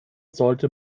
sollte